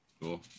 Cool